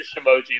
emoji